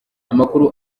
amakuru